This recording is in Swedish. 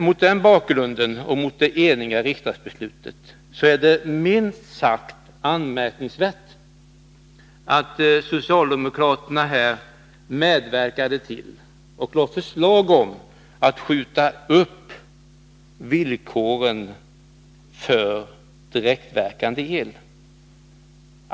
Mot denna bakgrund, och mot det eniga riksdagsbeslutet, är det minst sagt anmärkningsvärt att socialdemokraterna lade fram förslag om ett uppskjutande när det gällde villkoren för direktverkande el.